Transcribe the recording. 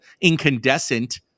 incandescent